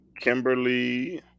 Kimberly